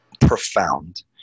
profound